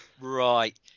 Right